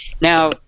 Now